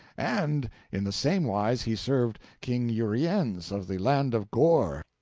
and in the same wise he served king uriens of the land of gore.